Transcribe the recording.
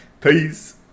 Peace